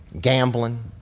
gambling